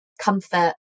comfort